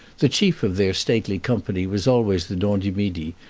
the chief of their stately company was always the dent-du-midi,